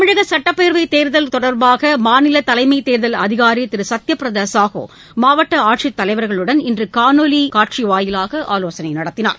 தமிழக சுட்டப்பேரவைத் தேர்தல் தொடர்பாக மாநில தலைமை தேர்தல் அதிகாரி திரு சத்ய பிரதா சாஹூ மாவட்ட ஆட்சித் தலைவா்களுடன் இன்று காணொலி காட்சி வாயிலாக ஆலோசனை நடத்தினார்